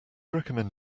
recommend